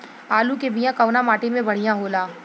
आलू के बिया कवना माटी मे बढ़ियां होला?